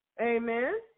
Amen